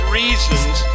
reasons